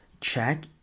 check